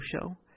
show